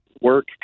work